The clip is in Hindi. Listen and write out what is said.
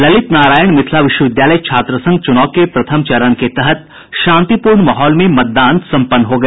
ललित नारायण मिथिला विश्वविद्यालय छात्र संघ चुनाव के प्रथम चरण के तहत शांतिप्रर्ण माहौल में मतदान सम्पन्न हो गया